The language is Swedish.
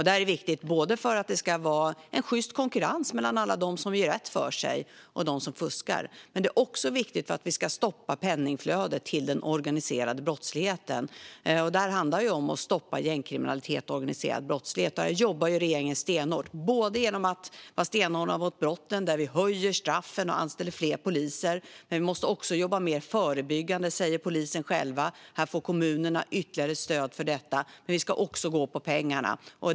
Det är viktigt för att det ska vara en sjyst konkurrens mellan alla dem som gör rätt för sig visavi dem som fuskar, och det är också viktigt att stoppa penningflödet till den organiserade brottsligheten. Detta handlar om att stoppa gängkriminalitet och organiserad brottslighet. Här jobbar regeringen hårt genom att vara stenhård mot brotten med höjda straff, genom att anställa fler poliser och genom att polisen kan arbeta mer förebyggande. Här får kommunerna ytterligare stöd. Men vi ska också gå på pengarna.